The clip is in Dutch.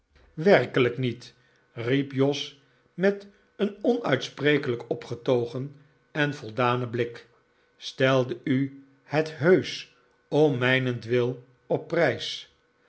werkelijk niet riep jos met een onuitsprekelijk opgetogen en voldanen blik stelde u het heusch om mijnentwil op prijs